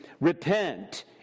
repent